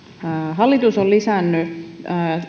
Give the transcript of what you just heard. hallitus on lisännyt